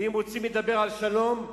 אם רוצים לדבר על שלום,